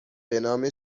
بنام